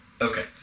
Okay